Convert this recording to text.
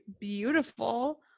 beautiful